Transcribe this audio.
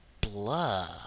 blah